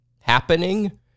happening